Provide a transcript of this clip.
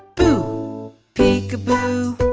boo peekaboo,